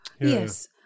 yes